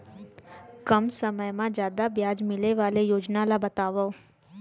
कम समय मा जादा ब्याज मिले वाले योजना ला बतावव